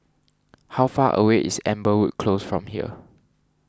how far away is Amberwood Close from here